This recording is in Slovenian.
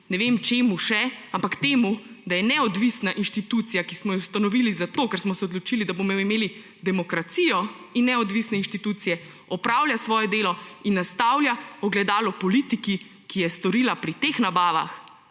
ne vem čemu še, ampak temu, da je neodvisna institucija, ki smo jo ustanovili zato, ker smo se odločili, da bomo imeli demokracijo in neodvisne institucije, opravlja svoje delo in nastavlja ogledalo politiki, ki je storila pri teh nabavah